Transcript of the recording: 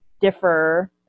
differ